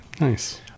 Nice